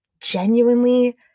genuinely